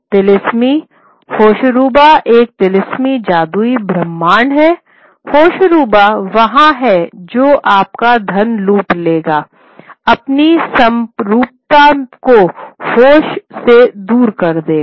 तिलिस्मी होशरूबा एक तिलिस्मी जादुई ब्रह्मांड है होशरूबा वह है जो आपका धन लूट लेगा अपनी समरूपता को होश से दूर कर देगा